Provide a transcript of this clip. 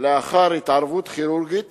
לאחר התערבות כירורגית